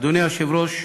אדוני היושב-ראש,